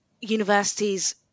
universities